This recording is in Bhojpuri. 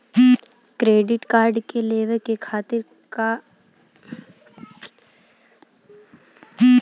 क्रेडिट कार्ड लेवे खातिर का करे के पड़ेला?